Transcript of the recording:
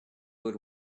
would